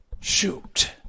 shoot